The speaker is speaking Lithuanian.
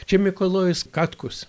čia mikalojus katkus